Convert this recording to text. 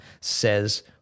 says